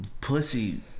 pussy